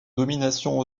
domination